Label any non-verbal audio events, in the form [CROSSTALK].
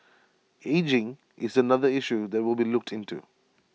[NOISE] ageing is another issue that will be looked into